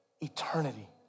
eternity